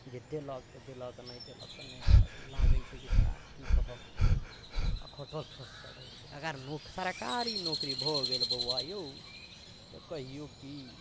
जे देलक तऽ देलक नहि देलक तऽ नहि देलक लागै छै कि सार कि कहब सभ रहै छै अगर सरकारी नौकरी भऽ गेल बौआ यौ तऽ कहियौ कि